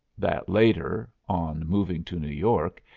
that, later, on moving to new york,